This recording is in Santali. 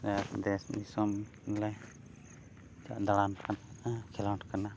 ᱫᱮᱥ ᱫᱤᱥᱚᱢ ᱞᱮ ᱫᱟᱬᱟᱱ ᱠᱟᱱᱟ ᱠᱷᱮᱞᱳᱰ ᱠᱟᱱᱟ